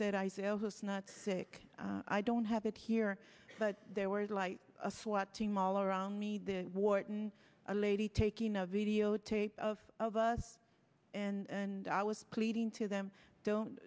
said i sail house not sick i don't have it here but there were like a swat team all around me the warden a lady taking a videotape of of us and i was pleading to them don't